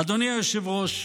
אדוני היושב-ראש,